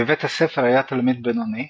בבית הספר היה תלמיד בינוני,